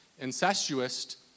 incestuous